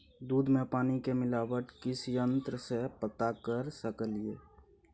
दूध में पानी के मिलावट किस यंत्र से पता कर सकलिए?